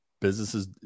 businesses